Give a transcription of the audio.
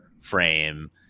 frame